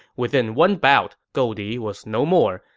within one bout, goldie was no more,